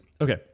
Okay